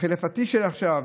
החליפתי של עכשיו: